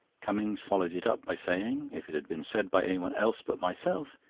cummings followed it up by saying, if it had been said by anyone else but myself,